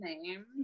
name